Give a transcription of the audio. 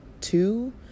two